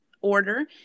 order